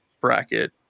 bracket